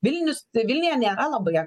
vilnius vilniuje nėra labai